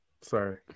Sorry